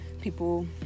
People